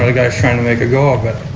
the guy is trying to make a go of it.